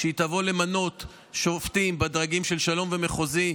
כשהיא תבוא למנות שופטים בדרגים של שלום ומחוזי,